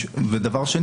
שנית,